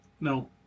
no